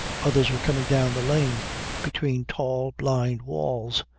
others were coming down the lane between tall, blind walls,